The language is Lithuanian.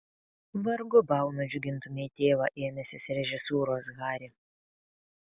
vargu bau nudžiugintumei tėvą ėmęsis režisūros hari